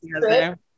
together